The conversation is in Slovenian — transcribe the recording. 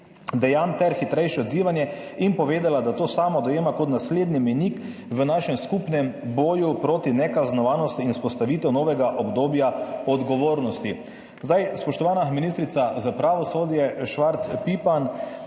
dejanj ter hitrejše odzivanje, in povedala, da to sama dojema kot naslednji mejnik v našem skupnem boju proti nekaznovanosti in vzpostavitev novega obdobja odgovornosti. Spoštovana ministrica za pravosodje Švarc Pipan